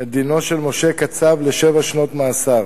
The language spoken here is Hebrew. את דינו של משה קצב לשבע שנות מאסר,